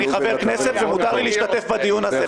אני חבר כנסת ומותר לי להשתתף בדיון הזה,